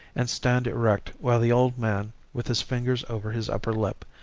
and stand erect while the old man, with his fingers over his upper lip,